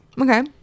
okay